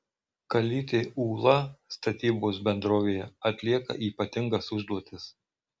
kalytė ūla statybos bendrovėje atlieka ypatingas užduotis